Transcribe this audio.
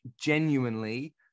genuinely